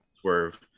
Swerve